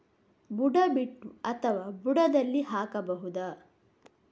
ಬುಡ ಬಿಟ್ಟು ಅಥವಾ ಬುಡದಲ್ಲಿ ಹಾಕಬಹುದಾ?